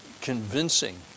convincing